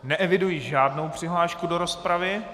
Neeviduji žádnou přihlášku do rozpravy.